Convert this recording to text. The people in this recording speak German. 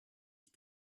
ich